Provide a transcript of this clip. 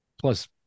plus